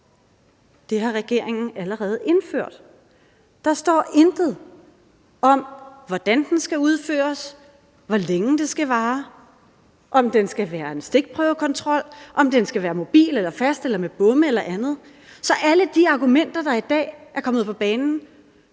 Det har regeringen allerede indført. Der står intet om, hvordan den skal udføres, hvor længe den skal vare, om den skal være en stikprøvekontrol, om den skal være mobil eller fast eller med bomme eller andet. Så alle de argumenter, der i dag er kommet på banen,